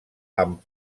amb